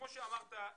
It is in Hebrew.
כמו שאמרת,